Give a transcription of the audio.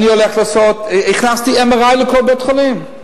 אני הולך לעשות, הכנסתי MRI לכל בית-חולים.